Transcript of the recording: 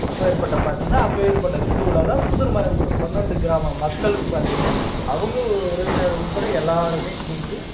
அப்பேர்பட்டது பார்த்திங்கன்னா அப்பேர்ப்பட்ட திருவிழா தான் புதூர் மாரியம்மன் பன்னெண்டு கிராம மக்களும் பார்த்திங்கன்னா அவங்க உறவினர்கள் உட்பட எல்லோருமே கூப்பிட்டு